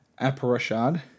Aparashad